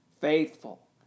faithful